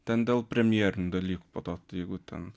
ten dėl premjerinių dalykų po to jeigu ten